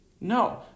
No